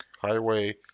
highway